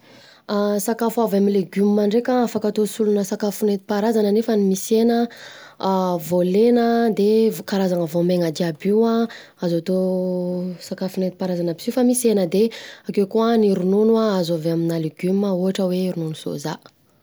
Sakafo avy amin'ny legioma ndreka afaka atao solona sakafo nentipaharazana nefa misy hena an, voalena de karazana voamaina jiaby io an, azo atao sakafo nentipaharazana aby si fa misy hena de akeo koa an, ny ronono azo avy aminà legioma ohatra hoe ronono sôza.